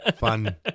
Fun